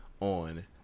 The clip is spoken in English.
on